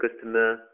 customer